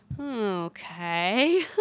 okay